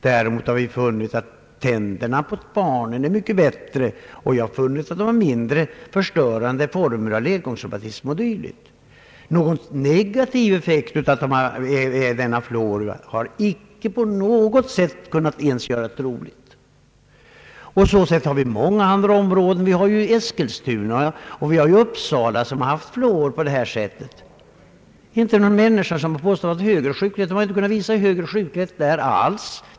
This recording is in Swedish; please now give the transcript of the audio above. Däremot har vi funnit att tänderna på barnen är mycket bättre och att man har mindre förstörande former av ledgångsreumatism. Någon negativ effekt av denna fluor har inte på något sätt kunnat ens göras trolig. Så förhåller det sig i många andra områden. I Eskilstuna och Uppsala har man haft fluor i dricksvattnet. Det är ingen som kunnat visa någon högre sjuklighet där.